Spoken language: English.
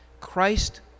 christ